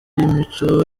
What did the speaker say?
mico